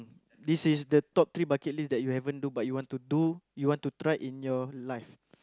this is the top three bucket list that you haven't do but you want to do you want to try in your life